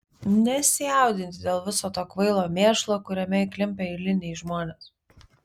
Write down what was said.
nesijaudinti dėl viso to kvailo mėšlo kuriame įklimpę eiliniai žmonės